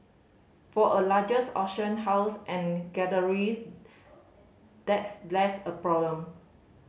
for a largest auction house and galleries that's less of a problem